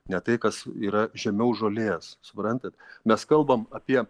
ne tai kas yra žemiau žolės suprantat mes kalbam apie